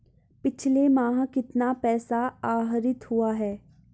पिछले माह कितना पैसा आहरित हुआ है?